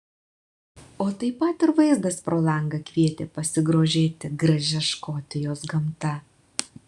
o taip pat ir vaizdas pro langą kvietė pasigrožėti gražia škotijos gamta